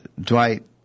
Dwight